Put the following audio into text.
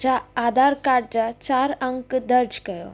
जा आधार कार्ड जा चारि अंग दर्ज़ कयो